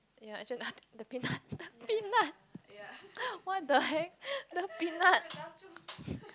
ya actual~ the peanut peanut what the heck the peanut